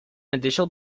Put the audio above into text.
additional